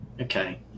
Okay